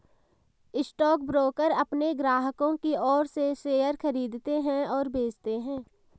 stockbroker अपने ग्राहकों की ओर से शेयर खरीदते हैं और बेचते हैं